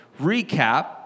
recap